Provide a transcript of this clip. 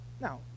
Now